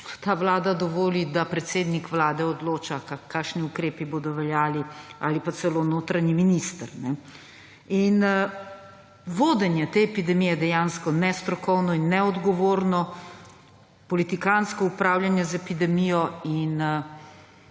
ta vlada dovoli, da predsednik Vlade odloča kakšni ukrepi bodo veljali ali pa celo notranji minister. Vodenje te epidemije je dejansko nestrokovno in neodgovorno, politikantsko upravljanje z epidemijo.